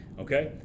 okay